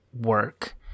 work